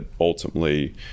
ultimately